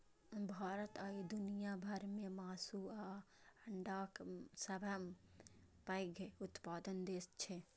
भारत आइ दुनिया भर मे मासु आ अंडाक सबसं पैघ उत्पादक देश छै